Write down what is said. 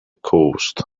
coast